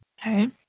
Okay